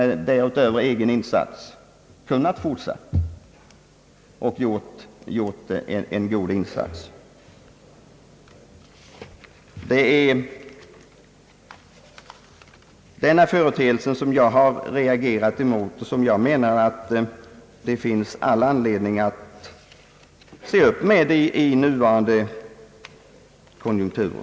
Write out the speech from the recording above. Det finns enligt min mening all anledning att i nuvarande konjunkturläge uppmärksamma detta förhållande.